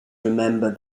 remember